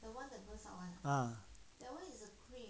ah